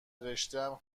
رشتهام